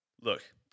Look